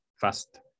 fast